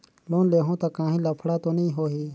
Loan लेहूं ता काहीं लफड़ा तो नी होहि?